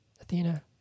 Athena